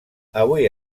avui